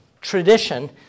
tradition